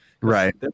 Right